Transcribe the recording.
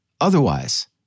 Otherwise